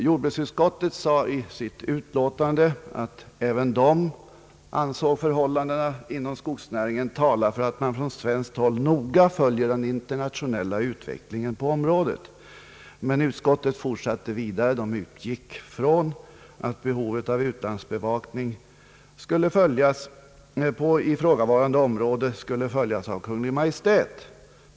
Jordbruksutskottet sade i sitt utlåtande att förhållandena inom skogsnäringen talar för att man från svenskt håll noga följer den internationella utvecklingen på området. Men utskottet sade sig utgå ifrån att behovet av utlandsbevakning på ifrågavarande område skulle följas noggrant av Kungl. Maj:t.